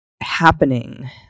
happening